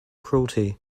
cruelty